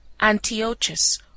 antiochus